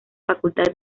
facultad